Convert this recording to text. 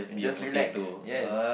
and just relax yes